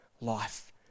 life